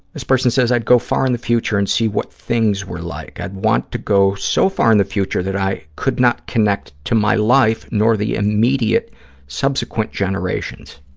this person says, i'd go far in the future and see what things were like. i'd want to go so far in the future that i could not connect to my life nor the immediate subsequent generations.